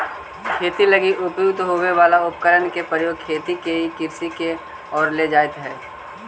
खेती लगी उपयुक्त होवे वाला उपकरण के प्रयोग खेती के ई कृषि के ओर ले जाइत हइ